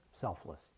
selfless